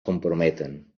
comprometen